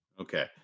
Okay